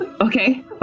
Okay